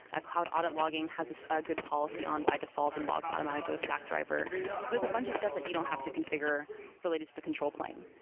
ah cloud audit logging has ah a good policy on by default and logs automatically stackdriver there's a bunch of stuff that you don't have to configure related to the control plane.